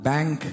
Bank